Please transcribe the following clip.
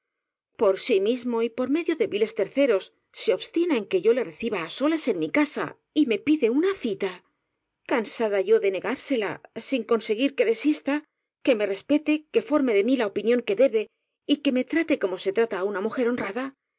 por sí mismo y por medio de viles terceros se obstina en que yo le reciba á solas en mi casa y me pide una cita cansada yo de negársela sin conseguir que desista que me respete que forme de mí la opinión que debe y que me trate como se trata á una mujer honrada